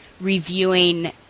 reviewing